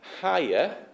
higher